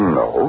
no